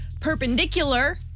perpendicular